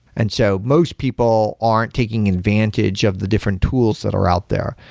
and so most people aren't taking advantage of the different tools that are out there,